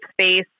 space